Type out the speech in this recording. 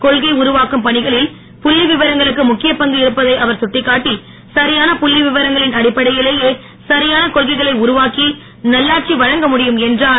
கொள்கை உருவாக்கும் பணிகளில் புள்ளிவிவரங்களுக்கு முக்கியப் பங்கு இருப்பதை அவர் சுட்டிக்காட்டி சரியான புள்ளிவிவரங்களின் அடிப்படையிலேயே சரியான கொள்கைகளை உருவாக்கி நல்லாட்சி வழங்கமுடியும் என்றுர்